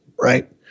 right